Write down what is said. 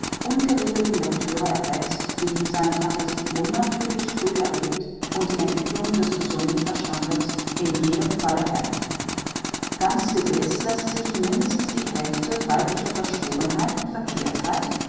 ungeregelten lectüre erwächst die seine phantasie unnatürlich früh erregt und die entwicklung des gesunden verstandes in jedem falle hemmt ganz gewiß läßt sich mindestens die hälfte weiblicher verschrobenheit und verkehrtheit